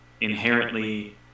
inherently